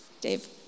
Dave